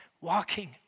walking